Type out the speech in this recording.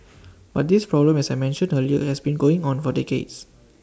but this problem as I mentioned earlier has been going on for decades